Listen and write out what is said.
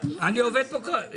אנחנו אחרי זה.